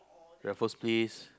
Raffles-Place